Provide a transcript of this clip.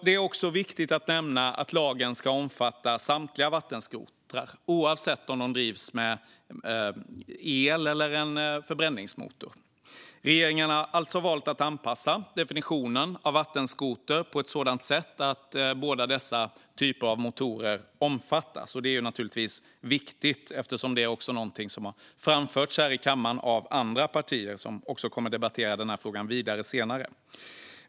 Det är också viktigt att nämna att lagen ska omfatta samtliga vattenskotrar, oavsett om de drivs med elmotor eller förbränningsmotor. Regeringen har alltså valt att anpassa definitionen av vattenskoter på ett sådant sätt att båda dessa typer av motorer omfattas. Detta är naturligtvis viktigt. Det är också någonting som har framförts här i kammaren av andra partier, som kommer att debattera den här frågan vidare senare.